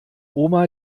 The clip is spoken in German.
oma